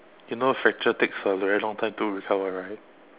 you know fracture takes a very long time to recover right